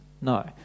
No